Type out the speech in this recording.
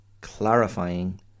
Clarifying